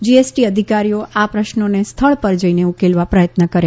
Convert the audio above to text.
GST અધિકારીઓ આ પ્રશ્નોને સ્થળ પર જઇને ઉકેલવા પ્રથત્ન કરે